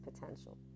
potential